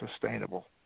sustainable